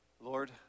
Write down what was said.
Lord